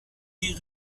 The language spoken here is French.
des